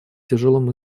тяжелым